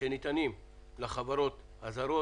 שניתנים לחברות הזרות.